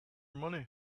money